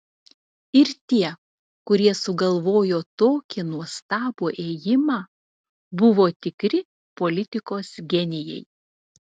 ir tie kurie sugalvojo tokį nuostabų ėjimą buvo tikri politikos genijai